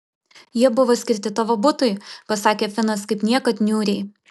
jie buvo skirti tavo butui pasakė finas kaip niekad niūriai